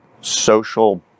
social